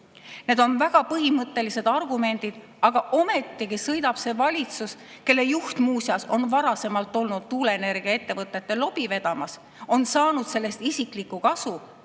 Need on väga põhimõttelised argumendid, aga ometigi meie valitsus, kelle juht muuseas on varasemalt olnud tuuleenergiaettevõtete lobi vedamas, on saanud sellest isiklikku kasu,